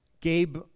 Gabe